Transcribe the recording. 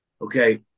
okay